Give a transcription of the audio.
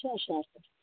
sure sure